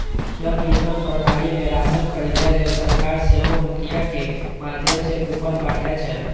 जन वितरण प्रणाली मे राशन खरीदै लेल सरकार सेहो मुखियाक माध्यम सं कूपन बांटै छै